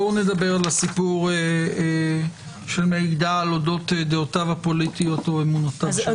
נדבר על "מידע אודות דעותיו הפוליטיות או אמונותיו של אדם".